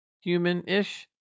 human-ish